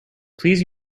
please